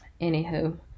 anywho